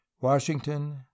Washington